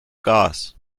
gas